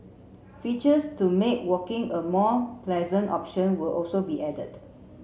features to make walking a more pleasant option will also be added